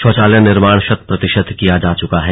शौचालय निर्मोण शत प्रतिशत किया जा चुका है